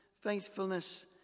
faithfulness